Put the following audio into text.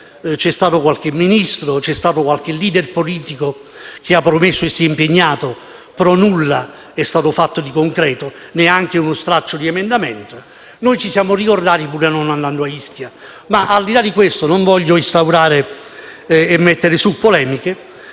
c'è stato qualche Ministro, qualche *leader* politico che ha promesso e si è impegnato, però nulla è stato fatto di concreto, neanche uno straccio di emendamento, mentre noi ci siamo ricordati, pur non andando a Ischia. Al di là di questo - non voglio avviare una polemica